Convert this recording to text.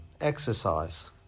Exercise